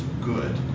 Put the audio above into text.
good